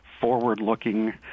forward-looking